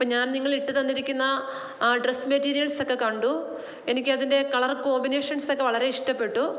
അപ്പോൾ ഞാന് നിങ്ങള് ഇട്ട് തന്നിരിക്കുന്ന ഡ്രസ്സ് മെറ്റീരിയല്സൊക്കെ കണ്ടു എനിക്ക് അതിൻ്റെ കളർ കോമ്പിനേഷൻസ് ഒക്കെ വളരെ ഇഷ്ടപ്പെട്ടു